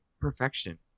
perfection